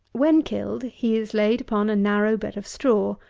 when killed he is laid upon a narrow bed of straw,